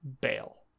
bail